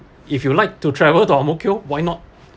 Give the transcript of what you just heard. if you like to travel to Ang Mo Kio why not